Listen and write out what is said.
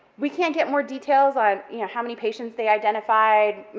we can't get more details on, you know, how many patients they identified,